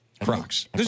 Crocs